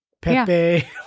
Pepe